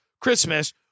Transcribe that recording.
Christmas